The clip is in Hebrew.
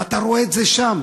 ואתה רואה את זה שם.